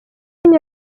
umuco